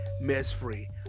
mess-free